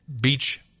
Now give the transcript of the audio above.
beach